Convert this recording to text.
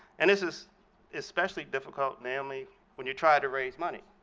and this is especially difficult, namely when you're trying to raise money.